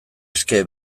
eske